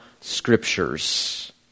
scriptures